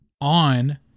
on